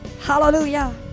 hallelujah